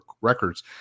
records